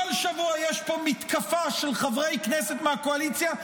בכל שבוע יש פה מתקפה של חברי כנסת מהקואליציה,